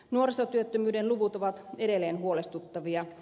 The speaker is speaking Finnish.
nuorisotyöttömyyden luvut ovat edelleen huolestuttavia